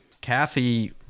Kathy